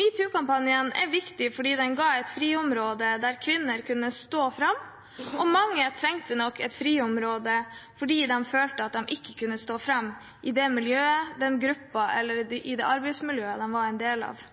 #metoo-kampanjen er viktig fordi den ga et friområde der kvinner kunne stå fram, og mange trengte nok et friområde fordi de følte at de ikke kunne stå fram i det miljøet, den gruppen eller det arbeidsmiljøet de var en del av.